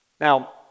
Now